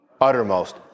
uttermost